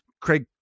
Craig